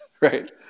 Right